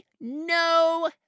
no